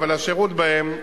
אבל השירות בהם,